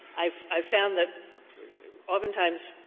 i've i've found that oftentimes